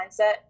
mindset